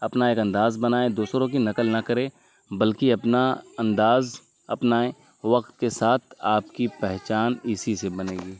اپنا ایک انداز بنائیں دوسروں کی نقل نہ کرے بلکہ اپنا انداز اپنائیں وقت کے ساتھ آپ کی پہچان اسی سے بنے گی